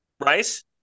Rice